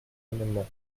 amendement